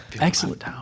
Excellent